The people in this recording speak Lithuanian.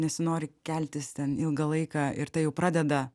nesinori keltis ten ilgą laiką ir tai jau pradeda